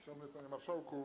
Szanowny Panie Marszałku!